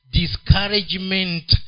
discouragement